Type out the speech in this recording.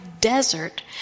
desert